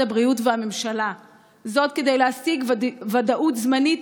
הבריאות והממשלה כדי להשיג ודאות זמנית,